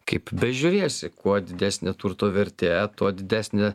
kaip bežiūrėsi kuo didesnė turto vertė tuo didesnė